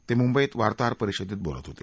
ते मुंबईत वार्ताहर परिषदेत बोलत होते